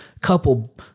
Couple